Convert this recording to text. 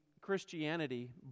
Christianity